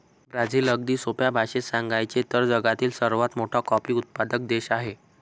Brazil, अगदी सोप्या भाषेत सांगायचे तर, जगातील सर्वात मोठा कॉफी उत्पादक देश आहे